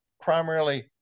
primarily